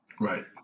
Right